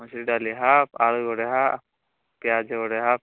ମସୁରି ଡାଲି ହାପ୍ ଆଳୁ ଗୋଟେ ହାପ୍ ପିଆଜ ଗୋଟେ ହାପ୍